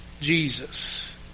Jesus